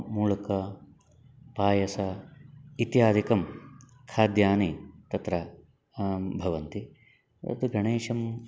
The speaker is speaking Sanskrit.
मूळ्क पायसम् इत्यादीनि खाद्यानि तत्र भवन्ति तत् गणेशं